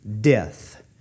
Death